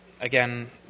again